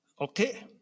okay